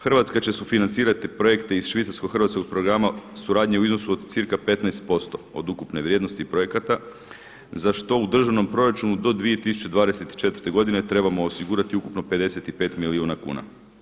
Hrvatska će sufinancirati projekte iz švicarsko-hrvatskog programa suradnje u iznosu od cirka 15% od ukupne vrijednosti projekata za što u državnom proračunu do 2024. godine trebamo osigurati ukupno 55 milijuna kuna.